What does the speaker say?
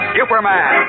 Superman